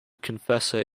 confessor